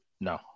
no